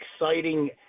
exciting